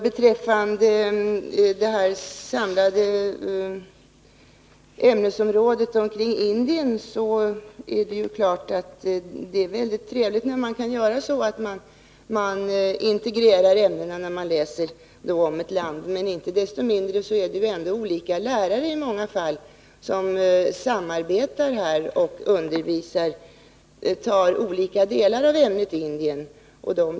Beträffande det samlade ämnesområdet Indien vill jag säga att det naturligtvis är trevligt när man kan integrera de olika ämnena när man går igenom ett land. Inte desto mindre är det i många fall olika lärare som samarbetar och undervisar om olika delar av ämnet Indien.